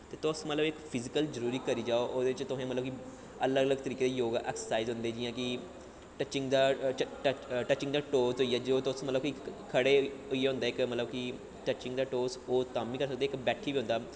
ते तुस मतलब इक फिजिकल जरूरी करी जाओ ओह्दे च तुसें मतलब कि अलग अलग तरीके दे योग ऐक्सर्साईज़ होंदे जियां कि टचिंग दा टच टचिंग दा टोच होई गेआ जो तुस मतलब कि खड़े होइयै होंदा इक मतलब कि टचिंग दा टोच पोज़ तां बी करी सकदे इक बैठियै बी होंदा